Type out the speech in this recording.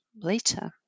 later